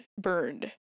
burned